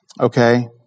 Okay